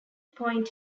point